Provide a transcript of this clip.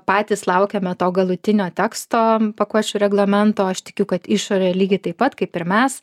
patys laukiame to galutinio teksto pakuočių reglamento aš tikiu kad išorė lygiai taip pat kaip ir mes